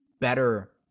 better